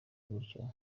gutyo